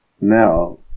now